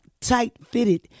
tight-fitted